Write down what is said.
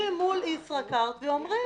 יושבים מול ישראכרט ואומרים: